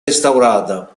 restaurata